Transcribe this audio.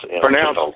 Pronounce